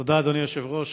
תודה, אדוני היושב-ראש.